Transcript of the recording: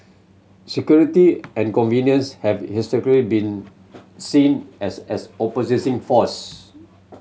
security and convenience have historically been seen as as opposing force